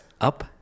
up